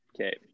Okay